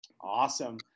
Awesome